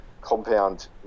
compound